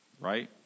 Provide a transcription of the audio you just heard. Right